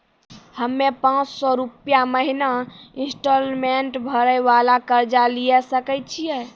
हम्मय पांच सौ रुपिया महीना इंस्टॉलमेंट भरे वाला कर्जा लिये सकय छियै?